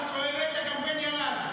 אם את שואלת, הקמפיין ירד.